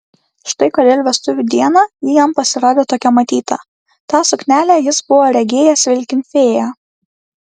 štai kodėl vestuvių dieną ji jam pasirodė tokia matyta tą suknelę jis buvo regėjęs vilkint fėją